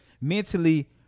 mentally